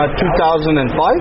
2005